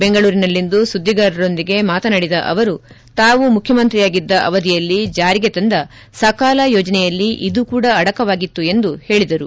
ಬೆಂಗಳೂರಿನಲ್ಲಿಂದು ಸುದ್ದಿಗಾರರೊಂದಿಗೆ ಮಾತನಾಡಿದ ಅವರು ತಾವು ಮುಖ್ಯಮಂತ್ರಿಯಾಗಿದ್ದ ಅವಧಿಯಲ್ಲಿ ಜಾರಿಗೆ ತಂದ ಸಕಾಲ ಯೋಜನೆಯಲ್ಲಿ ಇದು ಕೂಡ ಅಡಕವಾಗಿತ್ತು ಎಂದು ಹೇಳಿದರು